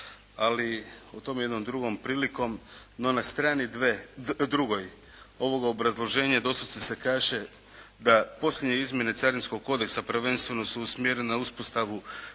ali o tome jednom drugom prilikom. No, na strani drugoj ovog obrazloženja doslovce se kaže da posljednje izmjene Carinskog kodeksa prvenstveno su usmjerene na uspostavu